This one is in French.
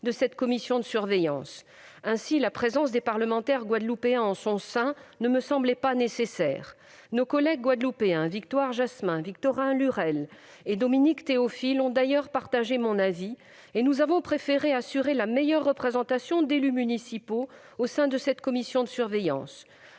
de ladite commission de surveillance. Ainsi, la présence des parlementaires guadeloupéens en son sein ne me semblait pas nécessaire. Nos collègues guadeloupéens, Victoire Jasmin, Victorin Lurel et Dominique Théophile, étaient d'ailleurs du même avis. Nous avons préféré assurer une meilleure représentation des élus municipaux. Par ailleurs, nous nous sommes